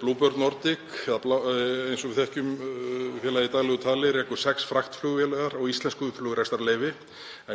BlueBird Nordic, eins og við þekkjum félagið í daglegu tali, rekur sex fraktflugvélar á íslensku flugrekstrarleyfi.